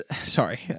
sorry